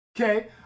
Okay